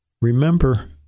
remember